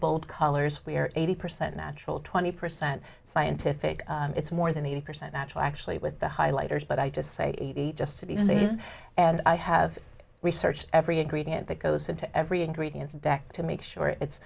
bold colors we're eighty percent natural twenty percent scientific it's more than eighty percent natural actually with the highlighters but i just say just to be silly and i have researched every ingredient that goes into every ingredient deck to make sure it's